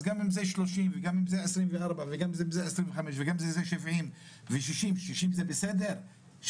אם זה 30, או 24, או 25, 60 זה בסדר?